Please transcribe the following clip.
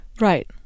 Right